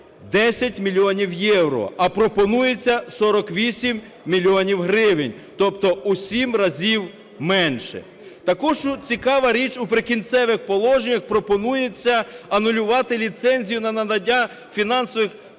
10 мільйонів євро, а пропонується 48 мільйонів гривень, тобто в 7 разів менше. Також цікава річ: у "Прикінцевих положеннях" пропонується анулювати ліцензію на надання фінансових